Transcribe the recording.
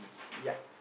yup